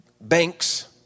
banks